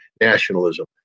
nationalism